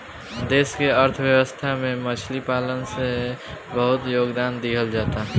देश के अर्थव्यवस्था में मछली पालन के बहुत योगदान दीहल जाता